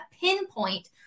pinpoint